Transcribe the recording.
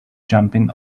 jumping